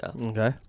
Okay